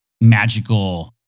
magical